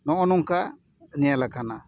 ᱱᱚᱜᱼᱚ ᱱᱚᱝᱠᱟ ᱧᱮᱞ ᱟᱠᱟᱱᱟ